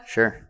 Sure